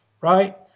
right